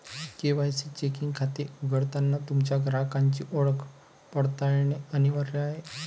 KYC checking खाते उघडताना तुमच्या ग्राहकाची ओळख पडताळणे अनिवार्य आहे